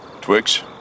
Twix